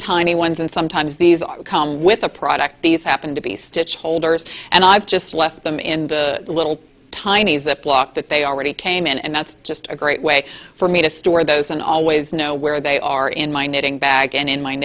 tiny ones and sometimes these come with a product these happen to be stitched holders and i've just left them in the little tiny ziploc that they already came in and that's just a great way for me to store those and always know where they are in my knitting bag and in